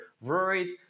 worried